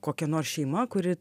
kokia nors šeima kuri